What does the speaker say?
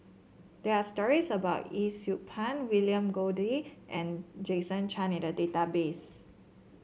there are stories about Yee Siew Pun William Goode and Jason Chan in the database